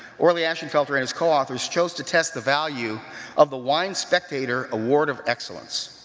orley ashenfelter and his co-authors chose to test the value of the wine spectator award of excellence.